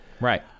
Right